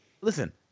Listen